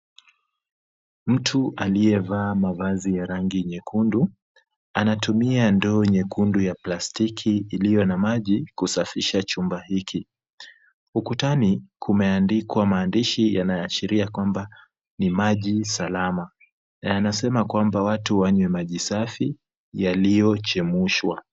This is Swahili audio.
Mtu aliyevaa mavazi ya rangi nyekundu, anatumia ndoo nyekundu ya plastiki iliyo na maji kusafisha chumba hiki, ukutani, kumeandikwa maandishi yanayoashiria kwamba ni maji salama, na yanasema kwamba watu wanywe maji safi, yaliochemshwa.